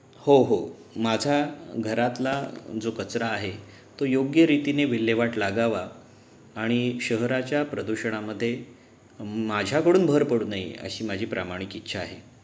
हो हो माझ्या घरातला जो कचरा आहे तो योग्यरीतीने विल्हेवाट लागावा आणि शहराच्या प्रदूषणामध्ये माझ्याकडून भर पडू नये अशी माझी प्रामाणिक इच्छा आहे